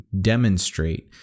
demonstrate